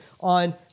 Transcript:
on